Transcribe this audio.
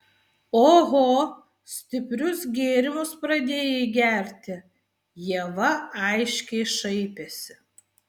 oho stiprius gėrimus pradėjai gerti ieva aiškiai šaipėsi